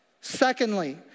Secondly